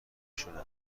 شونه